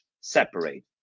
separate